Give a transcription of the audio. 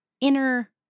inner